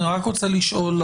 אני רק רוצה לשאול,